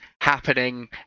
happening